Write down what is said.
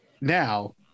now